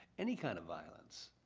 any kind of violence.